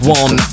one